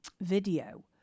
video